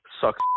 sucks